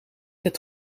het